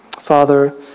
Father